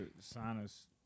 sinus